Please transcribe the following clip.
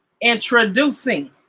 introducing